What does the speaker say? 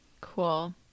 cool